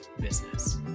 business